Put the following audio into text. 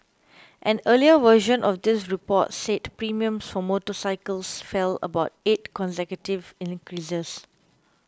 an earlier version of this report said premiums for motorcycles fell about eight consecutive increases